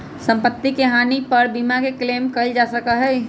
सम्पत्ति के हानि पर बीमा के क्लेम कइल जा सका हई